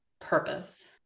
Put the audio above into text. purpose